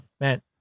Man